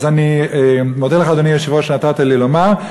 אני מודה לך, אדוני היושב-ראש, שנתת לי לומר.